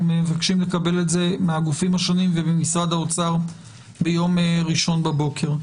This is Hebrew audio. מבקשים לקבל זאת מהגופים השונים וממשרד האוצר ביום ראשון בבוקר.